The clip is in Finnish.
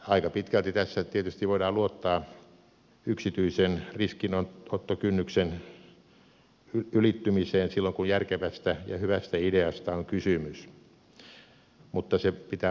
aika pitkälti tässä tietysti voidaan luottaa yksityisen riskinottokynnyksen ylittymiseen silloin kun järkevästä ja hyvästä ideasta on kysymys mutta se pitää varmistaa